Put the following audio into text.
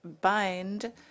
bind